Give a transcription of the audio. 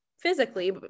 physically